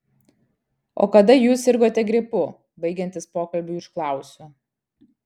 o kada jūs sirgote gripu baigiantis pokalbiui užklausiu